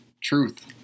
truth